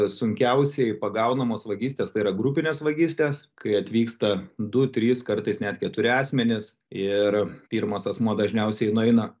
sunkiausiai pagaunamos vagystės tai yra grupinės vagystės kai atvyksta du trys kartais net keturi asmenys ir pirmas asmuo dažniausiai nueina